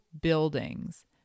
buildings